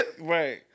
Right